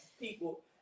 people